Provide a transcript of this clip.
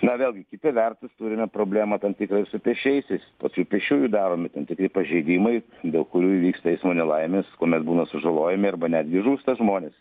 na vėlgi kita vertus turime problemą tam tikrą ir su pėsčiaisiais pačių pėsčiųjų daromi tam tikri pažeidimai dėl kurių įvyksta eismo nelaimės kuomet būna sužalojami arba netgi žūsta žmonės